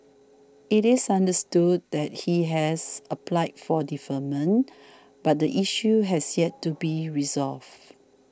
it is understood that he has applied for deferment but the issue has yet to be resolved